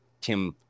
Tim